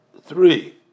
three